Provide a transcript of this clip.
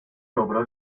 logró